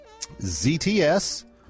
ZTS